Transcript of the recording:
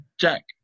Jack